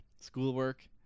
schoolwork